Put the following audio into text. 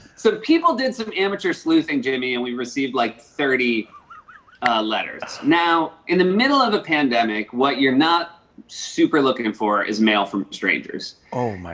so people did some amateur sleuthing, jimmy, and we received received like thirty letters. now, in the middle of a pandemic, what you're not super looking for is mail from strangers. oh, my